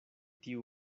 tiu